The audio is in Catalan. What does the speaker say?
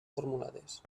formulades